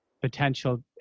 potential